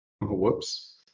whoops